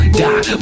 die